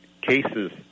cases